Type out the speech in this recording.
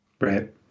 right